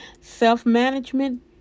Self-management